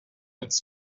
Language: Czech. víc